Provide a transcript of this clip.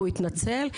שהתנצל,